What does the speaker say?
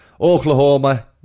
Oklahoma